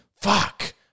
fuck